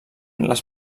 les